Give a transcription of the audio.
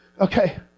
Okay